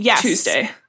Tuesday